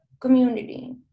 community